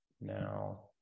now